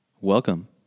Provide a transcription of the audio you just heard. Welcome